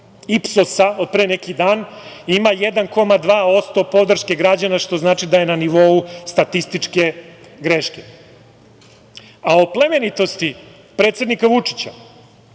„Ipsosa“ od pre neki dan, ima 1,2% podrške građana, što znači da je na nivou statističke greške.O plemenitosti predsednika Vučića,